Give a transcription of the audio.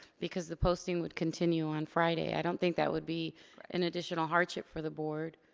because the posting would continue on friday. i don't think that would be an additional hardship for the board.